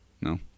No